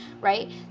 right